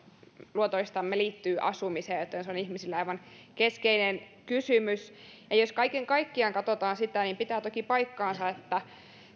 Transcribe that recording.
luotoistamme liittyy ennen kaikkea asumiseen se on ihmisille aivan keskeinen kysymys jos kaiken kaikkiaan katsotaan tilannetta niin pitää toki paikkansa että